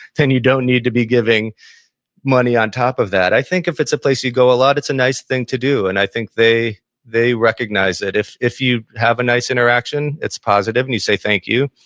then you don't need to be giving money on top of that. i think if it's a place you go a lot, it's a nice thing to do and i think they they recognize it if if you have a nice interaction, it's positive and you say thank you,